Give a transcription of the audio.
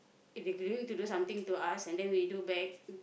if they going to do something to us and then we do back